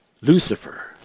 Lucifer